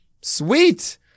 Sweet